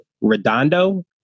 Redondo